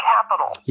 Capital